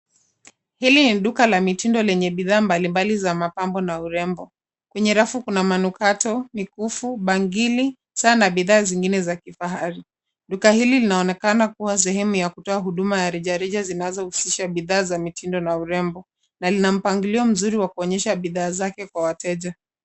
Hili ni duka la mitindo lenye bidhaa mbali mbali za mapambo na urembo. Kwenye rafu kuna manukato, mikufu, bangili, saa na bidhaa zingine za kifahari. Duka hili linaonekana kuwa sehemu ya kutoa huduma ya rejareja zinazo husisha bidhaa za mitindo na urembo na lina mpangilio mzuri wa kuonyesha bidhaa zake kwa wateja.